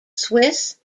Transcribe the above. swiss